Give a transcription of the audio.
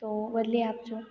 તો બદલી આપજો